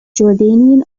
jordanian